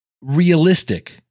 realistic